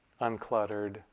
uncluttered